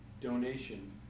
donation